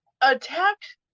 attacked